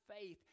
faith